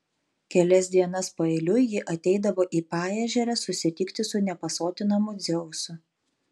kelias dienas paeiliui ji ateidavo į paežerę susitikti su nepasotinamu dzeusu